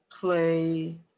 play